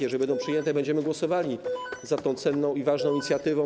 Jeżeli będą przyjęte, to będziemy głosowali za tą cenną i ważną inicjatywą.